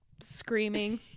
screaming